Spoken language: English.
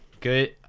Good